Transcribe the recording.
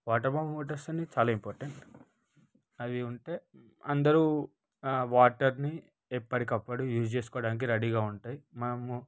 water pump motors అన్ని చాలా important అవి ఉంటే అందరు ఆ వాటర్ని ఎప్పటికి అప్పుడు యూజ్ చేసుకోవడానికి రెడీగా ఉంటాయి మనము